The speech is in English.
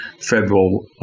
federal